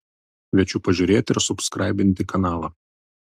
kviečiu pažiūrėti ir subskraibinti kanalą